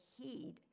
heed